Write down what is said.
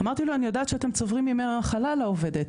אמרתי לו אני יודעת שאתם צוברים ימי מחלה לעובדת.